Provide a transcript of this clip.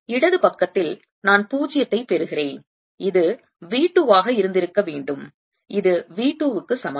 இடது பக்கத்தில் நான் 0 ஐ பெறுகிறேன் இது V 2 ஆக இருந்திருக்க வேண்டும் இது V 2 க்கு சமம்